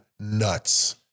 Nuts